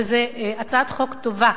וזו הצעת חוק טובה.